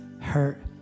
hurt